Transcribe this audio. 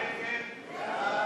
18 בעד,